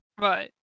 Right